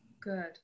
Good